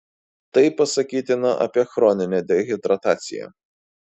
tai pasakytina apie chroninę dehidrataciją